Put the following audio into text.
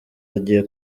hagiye